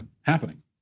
happening